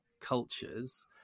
cultures